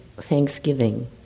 Thanksgiving